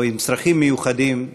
או עם צרכים מיוחדים,